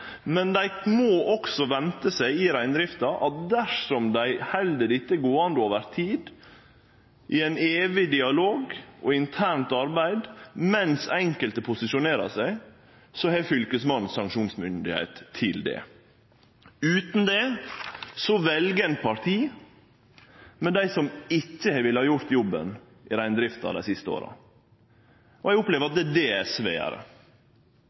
Men i reindrifta må dei også vente seg at dersom dei held dette gåande over tid, i ein evig dialog og internt arbeid, mens enkelte posisjonerer seg, har Fylkesmannen sanksjonsmyndigheit. Utan det vel ein parti med dei som ikkje har villa gjort jobben i reindrifta dei siste åra, og eg opplever at det er det